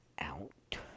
out